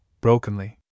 brokenly